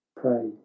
pray